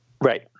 Right